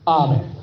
amen